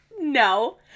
no